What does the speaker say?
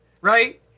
right